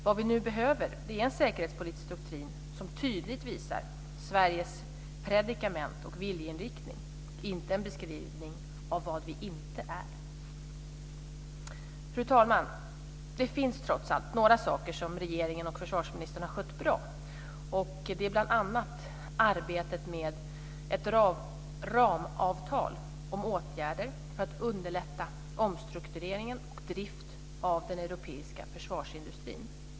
Vad vi nu behöver är en säkerhetspolitisk doktrin som tydligt visar Sveriges predikament och viljeinriktning, inte en beskrivning av vad vi inte är. Fru talman! Det finns trots allt några saker som regeringen och försvarsministern har skött bra, och det är bl.a. arbetet med ett ramavtal om åtgärder för att underlätta omstruktureringen och driften av den europeiska försvarsindustrin.